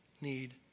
need